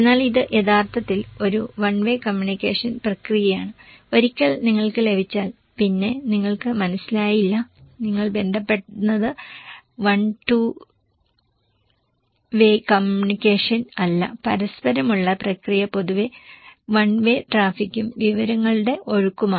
എന്നാൽ ഇത് യഥാർത്ഥത്തിൽ ഒരു വൺ വേ കമ്മ്യൂണിക്കേഷൻ പ്രക്രിയയാണ് ഒരിക്കൽ നിങ്ങൾക്ക് ലഭിച്ചാൽ പിന്നെ നിങ്ങൾക്ക് മനസ്സിലായില്ല നിങ്ങൾ ബന്ധപ്പെടുന്നത് വൺ ടു വേ കമ്മ്യൂണിക്കേഷൻ അല്ല പരസ്പരമുള്ള പ്രക്രിയ പൊതുവെ വൺ വേ ട്രാഫിക്കും വിവരങ്ങളുടെ ഒഴുക്കുമാണ്